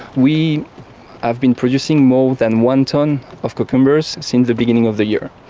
we have been producing more than one tonne of cucumbers since the beginning of the year.